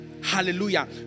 Hallelujah